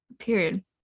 period